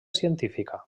científica